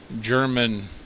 German